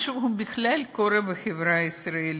משהו בכלל קורה בחברה הישראלית,